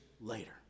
later